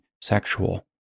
sexual